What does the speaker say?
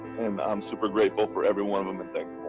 and i'm super grateful for every one of them